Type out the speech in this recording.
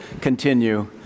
continue